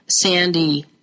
Sandy